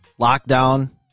Lockdown